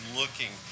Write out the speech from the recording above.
looking